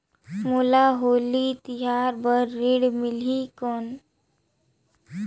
मोला होली तिहार बार ऋण मिलही कौन?